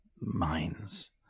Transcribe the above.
minds